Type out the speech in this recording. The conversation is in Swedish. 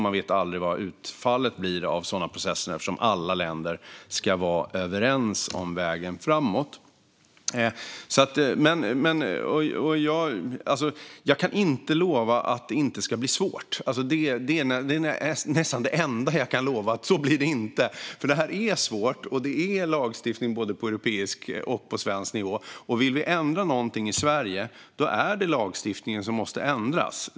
Man vet aldrig vad utfallet blir av sådana processer, eftersom alla länder ska vara överens om vägen framåt. Jag kan inte lova att det inte ska bli svårt. Det är nästan det enda jag kan lova, att så blir det inte. Det här är svårt. Det är lagstiftning på både europeisk och svensk nivå. Vill vi ändra någonting i Sverige är det lagstiftningen som måste ändras.